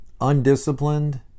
undisciplined